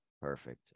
perfect